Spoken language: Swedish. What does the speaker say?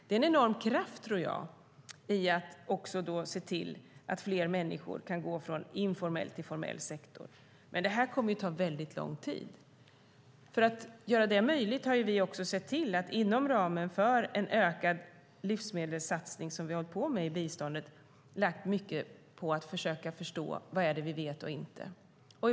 Det är en enorm kraft i att också se till att fler människor kan gå från informell till formell sektor. Men detta kommer att ta mycket lång tid. För att göra det möjligt har vi också sett till att inom ramen för en ökad livsmedelssatsning, som vi har hållit på med inom biståndet, lägga mycket på att försöka förstå vad vi vet och inte vet.